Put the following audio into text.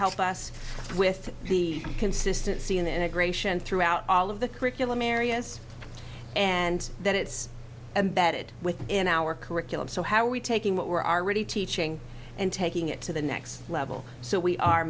help us with the consistency in the integration throughout all of the curriculum areas and then it's embedded within our curriculum so how are we taking what we're already teaching and taking it to the next level so we are